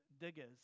diggers